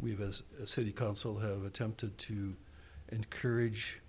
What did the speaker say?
we've as a city council have attempted to encourage